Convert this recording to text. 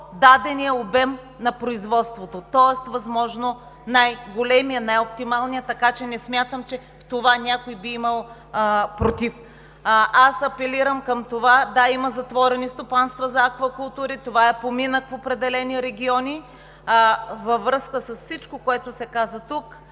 дадения обем на производството, тоест възможно най-големия, най-оптималния. Така че не смятам, че в това някой би имал против. Аз апелирам към това… Да, има затворени стопанства за аквакултури, това е поминък в определени региони. Във връзка с всичко, което се каза тук,